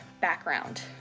background